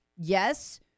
yes